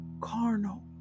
carnal